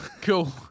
cool